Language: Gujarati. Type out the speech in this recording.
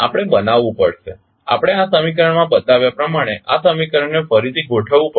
આપણે બનાવવું પડશે આપણે આ સમીકરણમાં બતાવ્યા પ્રમાણે આ સમીકરણને ફરીથી ગોઠવવું પડશે